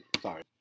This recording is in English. Sorry